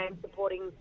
supporting